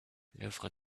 l’œuvre